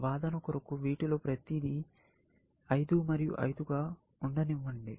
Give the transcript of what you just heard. వాదన కొరకు వీటిలో ప్రతి ది 5 మరియు 5 గా ఉండనివ్వండి